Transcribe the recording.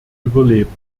überleben